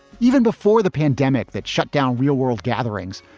even before the pandemic that shut down real world gatherings,